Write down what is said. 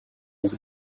his